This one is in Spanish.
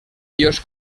ellos